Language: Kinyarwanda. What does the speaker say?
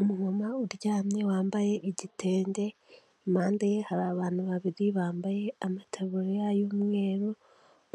Umuntuma uryamye wambaye igitende impande ye hari abantu babiri bambaye amatabu y'umweru